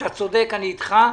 אתה צודק, אני איתך.